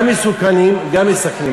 גם מסוכנים, גם מסכנים.